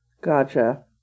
Gotcha